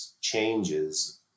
changes